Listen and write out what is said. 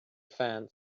fence